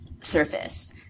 surface